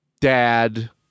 dad